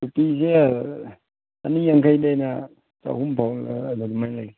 ꯇꯨꯄꯤꯁꯦ ꯆꯅꯤ ꯌꯥꯡꯈꯩꯗꯒꯤꯅ ꯆꯍꯨꯝꯐꯥꯎꯕ ꯑꯗꯨꯃꯥꯏꯅ ꯂꯩ